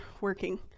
working